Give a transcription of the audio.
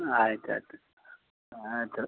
ಹ್ಞೂ ಆಯ್ತು ಆಯಿತು ಆಯ್ತು ಆಯ್ತು